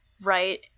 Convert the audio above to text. right